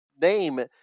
name